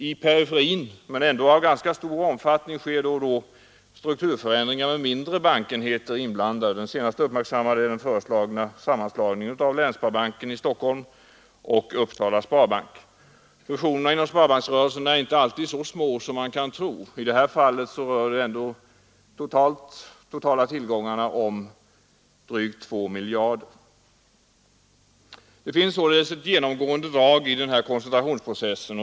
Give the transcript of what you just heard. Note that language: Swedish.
I periferin men ändå av ganska stor omfattning sker då och då strukturförändringar med mindre bankenheter inblandade. Den senast uppmärksammade är den föreslagna sammanslagningen av Länssparbanken i Stockholm och Upsala sparbank. Fusionerna inom sparbanksrörelsen är för övrigt inte alltid så små som man skulle kunna tro. I det här fallet rör sig de totala tillgångarna på inlåningssidan om drygt 2 miljarder kronor. Det finns således ett genomgående drag i koncentrationsprocessen.